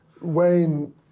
Wayne